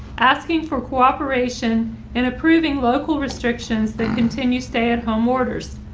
asking for cooperation and approving local restrictions that continue stay at home orders.